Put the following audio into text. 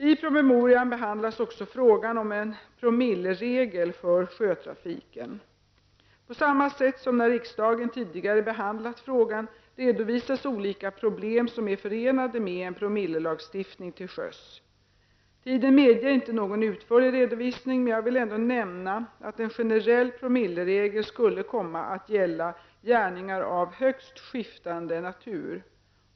I promemorian behandlas också frågan om en promilleregel för sjötrafiken. På samma sätt som när riksdagen tidigare behandlat frågan redovisas olika problem som är förenade med en promillelagstiftning till sjöss. Tiden medger inte någon utförlig redovisning, men jag vill ändå nämna att en generell promilleregel skulle komma att gälla gärningar av högst skiftande natur.